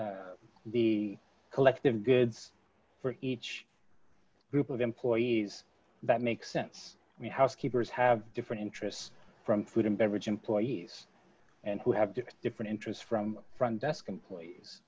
the collective goods for each group of employees that makes sense we housekeepers have different interests from food and beverage employees and who have different interests from front desk employees